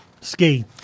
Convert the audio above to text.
Ski